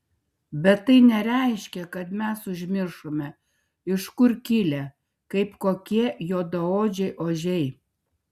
bet tai nereiškia kad mes užmiršome iš kur kilę kaip kokie juodaodžiai ožiai